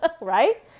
right